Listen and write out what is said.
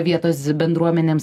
vietoz bendruomenėms